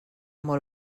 molt